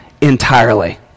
entirely